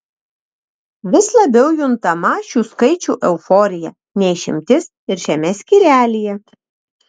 vis labiau juntama šių skaičių euforija ne išimtis ir šiame skyrelyje